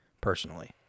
personally